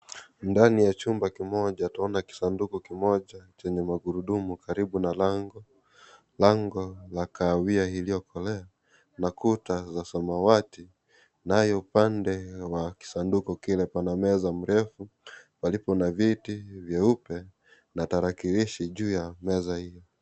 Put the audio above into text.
Ndani ya chumba kimoja, tunaona kisanduku kimoja chenye magurudumu karibu na lango la kahawia iliyokolea, na kuta za samawati, nayo upande wa kisanduku kile pana meza ndefu palipo na viti vyeupe na tarakilishi juu ya meza hiyo.